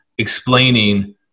explaining